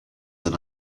than